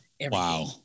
Wow